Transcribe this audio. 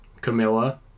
Camilla